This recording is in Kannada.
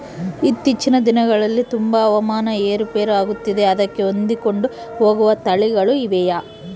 ಇತ್ತೇಚಿನ ದಿನಗಳಲ್ಲಿ ತುಂಬಾ ಹವಾಮಾನ ಏರು ಪೇರು ಆಗುತ್ತಿದೆ ಅದಕ್ಕೆ ಹೊಂದಿಕೊಂಡು ಹೋಗುವ ತಳಿಗಳು ಇವೆಯಾ?